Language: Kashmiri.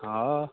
آ